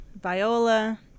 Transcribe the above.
Viola